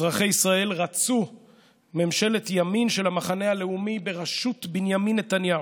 אזרחי ישראל רצו ממשלת ימין של המחנה הלאומי בראשות בנימין נתניהו.